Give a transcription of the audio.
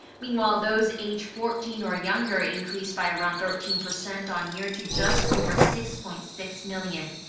meanwhile, those aged fourteen or younger. increased by around thirteen percent on-year to just over six point six million.